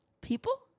People